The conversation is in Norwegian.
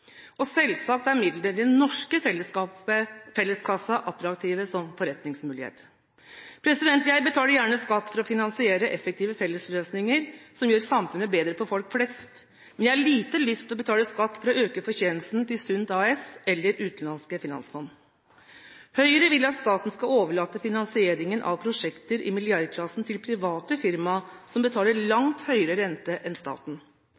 kasser. Selvsagt er midlene i den norske felleskassen attraktive som forretningsmulighet. Jeg betaler gjerne skatt for å finansiere effektive fellesløsninger som gjør samfunnet bedre for folk flest, men jeg har lite lyst til å betale skatt for å øke fortjenesten til Sundt AS eller utenlandske finansfond. Høyre vil at staten skal overlate finansieringen av prosjekter i milliardklassen til private firma som betaler langt høyere rente enn staten.